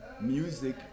music